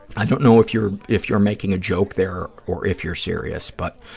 i don't know if you're if you're making a joke there or if you're serious, but